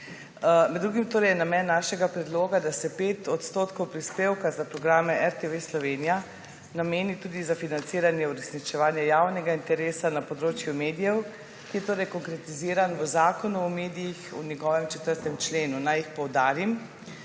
Med drugim je namen našega predloga, da se 5 % prispevka za programe RTV Slovenija nameni tudi za financiranje uresničevanja javnega interesa na področju medijev, ki je konkretiziran v Zakonu o medijih, v njegovem 4. členu. Naj jih poudarim: